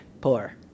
poor